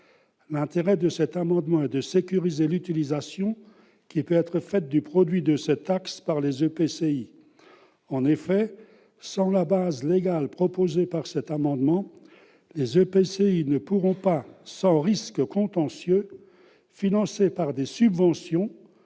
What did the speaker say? L'intérêt de cet amendement est de sécuriser l'utilisation qui peut être faite du produit de cette taxe par les EPCI. En effet, sans la base légale proposée par cet amendement, les EPCI ne pourront pas, sans risque contentieux, financer par des subventions